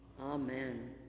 Amen